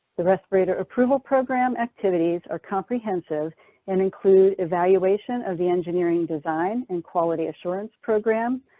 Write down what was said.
the respirator approval program activities are comprehensive and include evaluation of the engineering design and quality assurance program,